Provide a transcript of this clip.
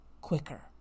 quicker